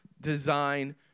design